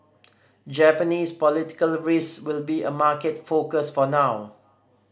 Japanese political risk will be a market focus for now